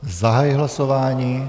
Zahajuji hlasování.